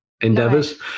endeavors